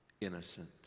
innocent